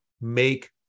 Make